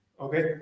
okay